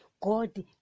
God